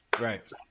Right